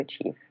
achieve